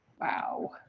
Wow